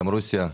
גם רוסיה.